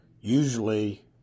usually